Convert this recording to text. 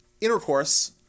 intercourse